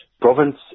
province